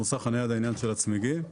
המוסך לעניין של הצמיגים.